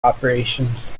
operations